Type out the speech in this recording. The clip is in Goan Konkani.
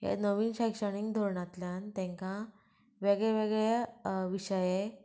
हे नवीन शैक्षणीक धोरणांतल्यान तांकां वेगळे वेगळे विशये